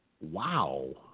wow